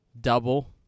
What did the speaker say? double